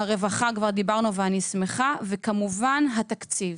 דיברנו ואני שמחה, וכמובן התקציב.